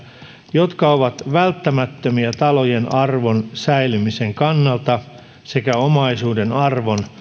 jotka ovat välttämättömiä talojen arvon säilymisen kannalta sekä omaisuuden arvon